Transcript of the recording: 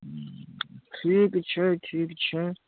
ठीक छै ठीक छै